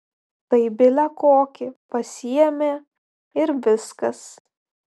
tai bile kokį pasiėmė ir viskas